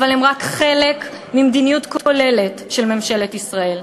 אבל הם רק חלק ממדיניות כוללת של ממשלת ישראל,